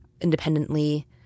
independently